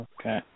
Okay